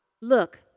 Look